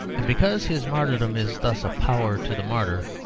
and because his martyrdom is thus a power to the martyr,